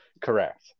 Correct